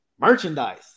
merchandise